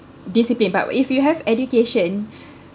discipline but if you have education